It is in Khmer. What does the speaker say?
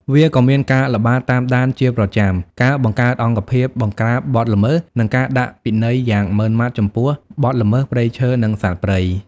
វាក៏មានការល្បាតតាមដានជាប្រចាំ ការបង្កើតអង្គភាពបង្ក្រាបបទល្មើស និងការដាក់ពិន័យយ៉ាងម៉ឺងម៉ាត់ចំពោះបទល្មើសព្រៃឈើ និងសត្វព្រៃ។